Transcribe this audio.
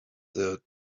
their